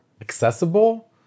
accessible